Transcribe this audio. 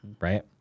right